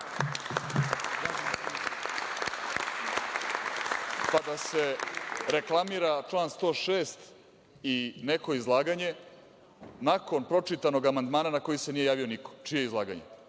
pa da se reklamira član 106. i neko izlaganje nakon pročitanog amandmana na koji se nije javio niko. Čije izlaganje?